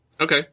Okay